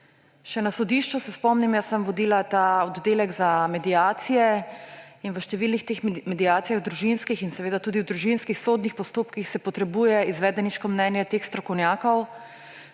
Še na sodišču se spomnim, jaz sem vodila ta oddelek za mediacije, in v številnih družinskih mediacijah in seveda tudi v družinskih sodnih postopkih se potrebuje izvedeniško mnenje teh strokovnjakov,